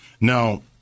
Now